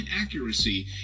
accuracy